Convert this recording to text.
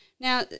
Now